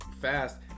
fast